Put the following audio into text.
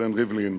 ראובן ריבלין,